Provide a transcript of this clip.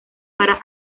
para